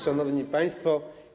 Szanowni Państwo!